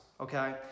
Okay